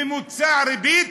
ממוצע הריבית,